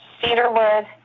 cedarwood